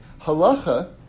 Halacha